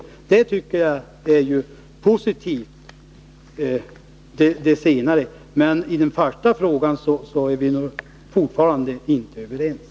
Det senare tycker jag är positivt. Men i den första frågan är vi nog fortfarande inte överens.